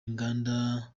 inganda